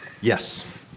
Yes